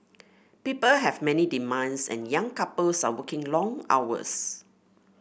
people have many demands and young couples are working long hours